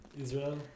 Israel